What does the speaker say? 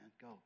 go